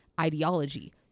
ideology